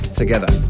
together